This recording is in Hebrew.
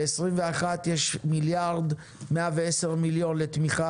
שב-2021 יש מיליארד ומאה ועשר מיליוני שקלים לתמיכה